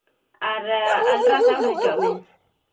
ᱟᱨ ultrasound ᱦᱚᱪᱚᱜ ᱢᱮ